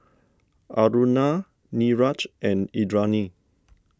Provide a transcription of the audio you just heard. Aruna Niraj and Indranee